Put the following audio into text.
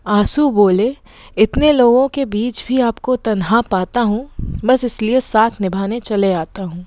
ऑंसू बोले इतने लोगों के बीच भी आपको तन्हा पाता हूँ बस इसलिए साथ निभाने चले आता हूँ